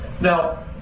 Now